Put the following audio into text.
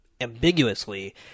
ambiguously